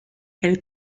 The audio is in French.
elle